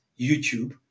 youtube